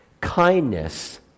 kindness